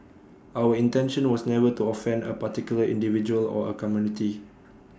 our intention was never to offend A particular individual or A community